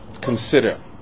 consider